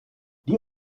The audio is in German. die